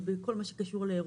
כלומר, יש כאן כמעט שנתיים